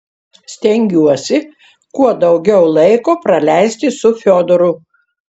stengiuosi kuo daugiau laiko praleisti su fiodoru